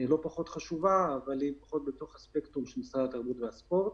לא פחות חשובה אבל היא פחות בתוך הספקטרום של משרד התרבות והספורט.